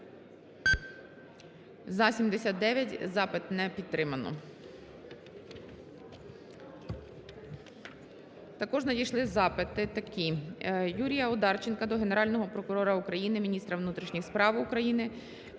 За-79 Запит не підтримано. Також надійшли запити такі. Юрія Одарченка до Генерального прокурора України, міністра внутрішніх справ України